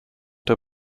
der